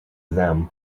them